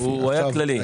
הוא היה כללי.